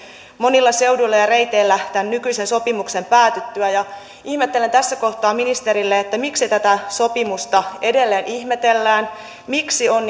monilla seuduilla ja reiteillä tämän nykyisen sopimuksen päätyttyä ihmettelen tässä kohtaa ministerille miksi tätä sopimusta edelleen ihmetellään miksi on